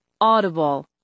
Audible